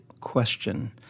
question